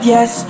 Yes